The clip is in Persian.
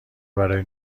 برای